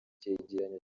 cyegeranyo